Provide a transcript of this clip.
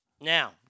Now